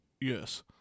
Yes